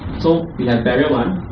so we have barrier one